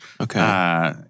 Okay